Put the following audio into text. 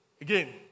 Again